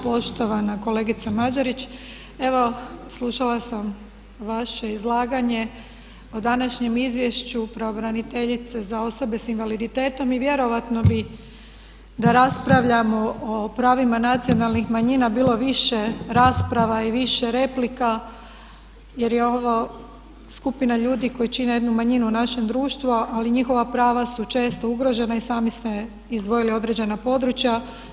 Poštovana kolegica Mađerić, evo slušala sam vaše izlaganje o današnjem izvješću pravobraniteljice za osobe s invaliditetom i vjerojatno bi da raspravljamo o pravima nacionalnim manjina bilo više rasprava i više replika jer je ovo skupina ljudi koji čine jednu manjinu u našem društvu ali njihova prava su često ugrožena i sami ste izdvojili određena područja.